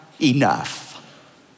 enough